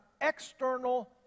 external